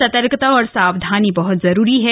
सतर्कता और सावधानी बहूत जरूरी है